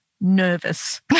nervous